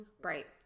bright